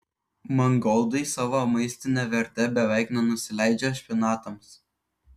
mangoldai savo maistine verte beveik nenusileidžia špinatams